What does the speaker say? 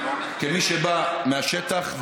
כמי שבא מהשטח,